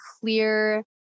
clear